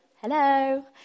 hello